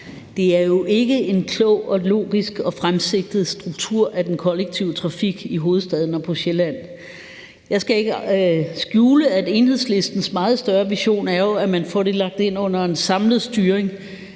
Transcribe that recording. det er ikke en klog, logisk og langsigtet strukturering af den kollektive trafik i hovedstaden og på Sjælland. Jeg skal ikke lægge skjul på, at Enhedslistens meget større vision jo er, at man får det lagt ind under en samlet styring.